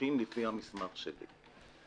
הולכים לפי המסמך שלי.